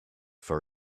for